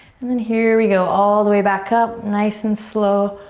and then here we go all the way back up nice and slow.